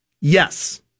Yes